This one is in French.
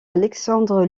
alexandre